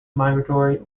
migratory